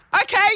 Okay